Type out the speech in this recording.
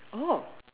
oh